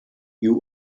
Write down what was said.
you